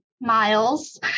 miles